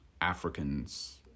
Africans